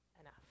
enough